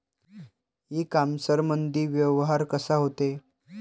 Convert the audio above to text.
इ कामर्समंदी व्यवहार कसा होते?